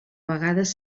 vegades